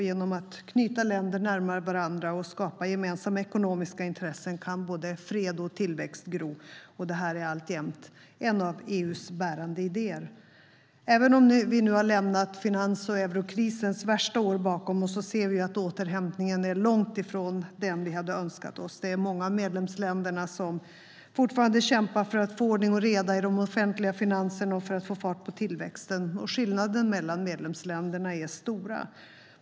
Genom att knyta länder närmare varandra och skapa gemensamma ekonomiska intressen kan både fred och tillväxt gro. Detta är alltjämt en av EU:s bärande idéer. Men även om vi har lämnat finans och eurokrisens värsta år bakom oss ser vi att återhämtningen långt ifrån är den vi hade önskat oss. Många av medlemsländerna kämpar fortfarande för att få ordning och reda i de offentliga finanserna och för att få fart på tillväxten. Skillnaderna mellan medlemsländerna är stora.